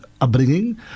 upbringing